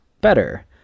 better